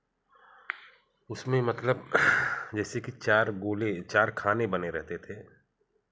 उसमें मतलब जैसे कि चार गोले चार खाने बने रहते थे